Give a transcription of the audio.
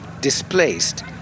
Displaced